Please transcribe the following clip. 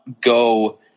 go